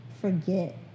forget